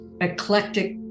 eclectic